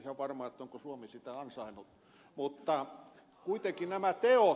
en ole ihan varma onko suomi sitä ansainnut